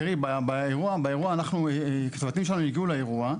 תראי, הצוותים שלנו הגיעו לאירוע.